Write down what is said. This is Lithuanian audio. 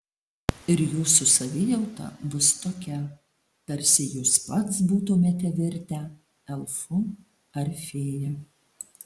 ir jūsų savijauta bus tokia tarsi jūs pats būtumėte virtę elfu ar fėja